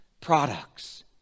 products